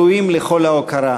ראויים לכל ההוקרה.